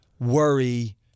worry